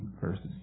Verses